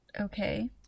Okay